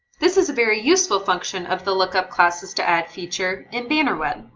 this is a very useful function of the look-up classes to add feature in bannerweb.